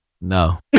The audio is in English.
No